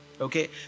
Okay